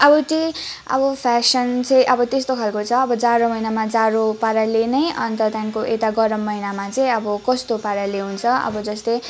अब त्यही अब फेसन चाहिँ अब त्यस्तो खालको छ अब जाडो महिनामा जाडो पाराले नै अन्त त्यहाँदेखिको यता गरम महिनामा चाहिँ अब कस्तो पाराले हुन्छ अब जस्तै